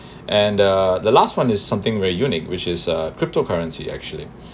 and uh the last one is something very unique which is a crypto currency actually